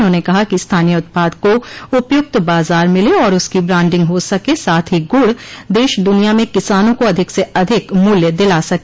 उन्होंने कहा कि स्थानीय उत्पाद को उपयुक्त बाजार मिल और उसकी ब्रांडिंग हो सके साथ ही गुड़ देश दुनिया में किसानों को अधिक से अधिक मूल्य दिला सके